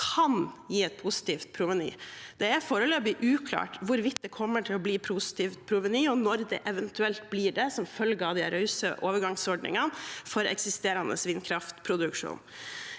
kan gi et positivt proveny. Det er foreløpig uklart hvorvidt det kommer til å bli positivt proveny, og når det eventuelt blir det, som følge av de rause overgangsordningene for eksisterende vindkraftproduksjon.